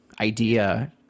idea